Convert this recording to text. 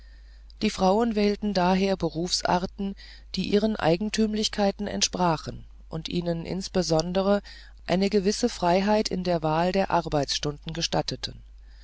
die frauen erwählten daher berufsarten die ihren eigentümlichkeiten entsprachen und ihnen insbesondere eine gewisse freiheit in der wahl der arbeitsstunden gestatteten